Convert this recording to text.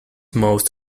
most